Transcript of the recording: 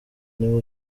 niwo